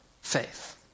faith